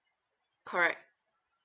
correct